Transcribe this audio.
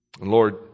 Lord